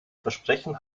versprechen